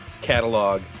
catalog